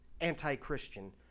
anti-Christian